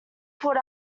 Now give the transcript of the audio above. pulled